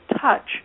touch